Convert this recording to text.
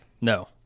No